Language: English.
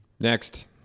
Next